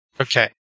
Okay